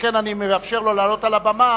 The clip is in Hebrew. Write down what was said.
שכן אני מאפשר לו לעלות על הבמה,